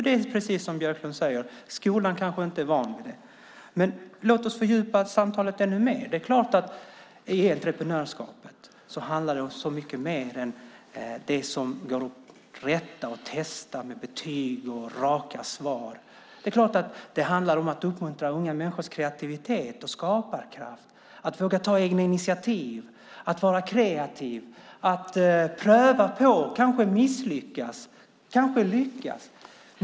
Det är precis som Björklund säger; skolan kanske inte är van vid det. Men låt oss fördjupa samtalet ännu mer. I entreprenörskapet handlar det om så mycket mer än det som går att rätta och testa med betyg och raka svar. Det är klart att det handlar om att uppmuntra unga människors kreativitet och skaparkraft, att våga ta egna initiativ, att vara kreativ, att pröva på och kanske misslyckas och kanske lyckas.